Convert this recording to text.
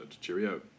Cheerio